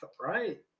Right